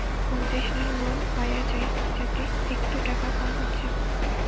concessional loan পায়া যায় যাতে একটু টাকা কম হচ্ছে